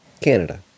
Canada